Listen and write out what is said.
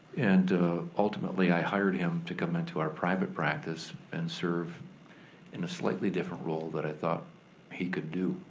and ultimately i hired him to come into our private practice and serve in a slightly different role that i thought he could do.